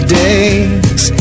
days